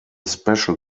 special